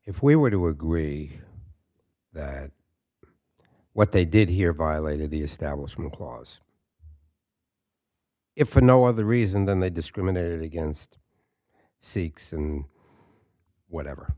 if we were to agree that what they did here violated the establishment clause if for no other reason than they discriminated against sikhs in whatever